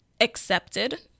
accepted